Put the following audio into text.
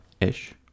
ish